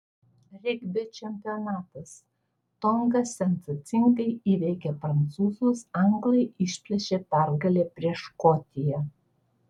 regbio čempionatas tonga sensacingai įveikė prancūzus anglai išplėšė pergalę prieš škotiją